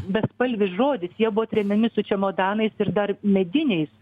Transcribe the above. bespalvis žodis jie buvo tremiami su čemodanais ir dar mediniais